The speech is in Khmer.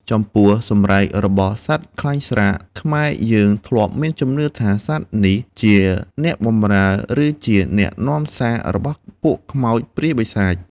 ចំពោះ សម្រែករបស់សត្វខ្លែងស្រាក ខ្មែរយើងធ្លាប់មានជំនឿថា សត្វនេះជាអ្នកបម្រើ ឬជាអ្នកនាំសាររបស់ពួកខ្មោច ព្រាយ បិសាច ។